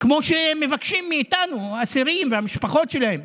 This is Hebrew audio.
כמו שמבקשים מאיתנו האסירים והמשפחות שלהם,